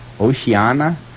Oceana